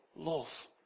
Love